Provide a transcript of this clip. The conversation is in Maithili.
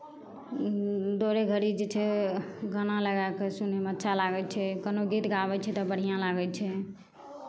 दौड़ै घड़ी जे छै गाना लगाए कऽ सुनैमे अच्छा लागै छै कोनो गीत गाबै छै तऽ बढ़िआँ लागै छै